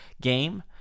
game